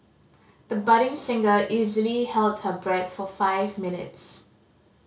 the budding singer easily held her breath for five minutes